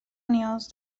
نیاز